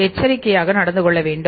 எச்சரிக்கையாக நடந்து கொள்ளவேண்டும்